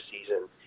season